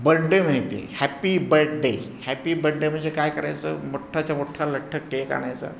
birthday माहिती आहे happy birthday happy birthday म्हणजे काय करायचं मोठाच्या मोठा लठ्ठ केक आणायचं